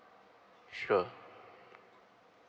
sure